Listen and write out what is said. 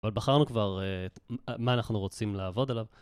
אבל בחרנו כבר מה אנחנו רוצים לעבוד עליו.